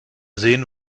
sehen